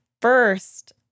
First